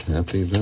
Happy